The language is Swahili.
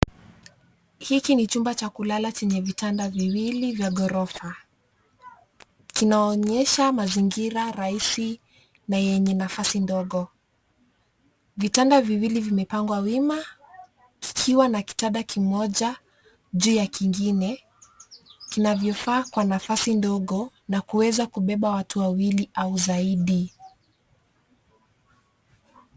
Hiki ni chumba cha kulala chenye vitanda viwili vya gorofa. Kinaonyesha mazingira rahisi na yenye nafasi ndogo. Vitanda viwili vimepangwa wima, kikiwa na kitanda kimoja juu ya kingine kinavyofaa kwa nafasi ndogo na kuweza kubeba watu wawili au zaidi.